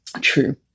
true